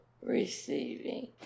receiving